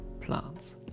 plants